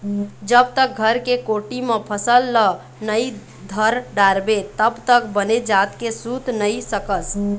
जब तक घर के कोठी म फसल ल नइ धर डारबे तब तक बने जात के सूत नइ सकस